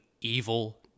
evil